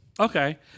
Okay